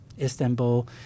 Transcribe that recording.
Istanbul